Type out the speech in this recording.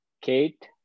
Kate